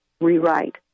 rewrite